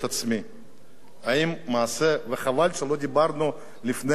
וחבל שלא דיברנו לפני המעשה עם אבי דיכטר.